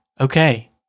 okay